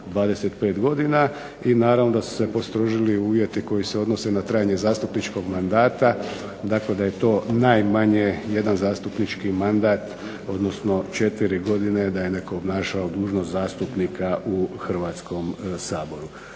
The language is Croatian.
25 godina i naravno da su se postrožili uvjeti koji se odnose na trajanje zastupničkog mandata tako da je to najmanje jedan zastupnički mandat odnosno četiri godine da je netko obnašao dužnost zastupnika u Hrvatskom saboru.